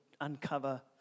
uncover